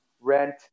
rent